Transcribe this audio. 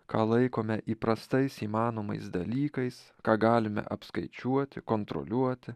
ką laikome įprastais įmanomais dalykais ką galime apskaičiuoti kontroliuoti